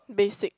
basic